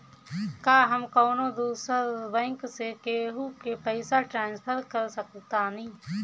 का हम कौनो दूसर बैंक से केहू के पैसा ट्रांसफर कर सकतानी?